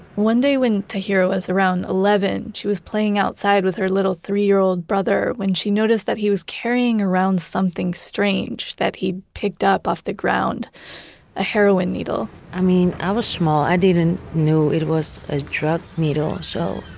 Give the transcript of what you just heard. one day when tahirah was around eleven, she was playing outside with her little three-year-old brother, when she noticed that he was carrying around something strange that he picked up off the ground a heroin needle i mean, i was small. i didn't know it was a drug needle. so,